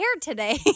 today